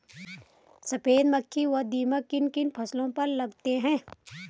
सफेद मक्खी व दीमक किन किन फसलों पर लगते हैं?